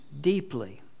deeply